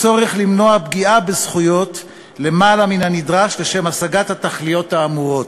הצורך למנוע פגיעה בזכויות למעלה מן הנדרש לשם השגת התכליות האמורות.